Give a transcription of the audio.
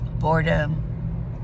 Boredom